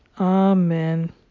amen